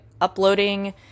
uploading